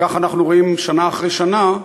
וכך אנחנו רואים שנה אחרי שנה,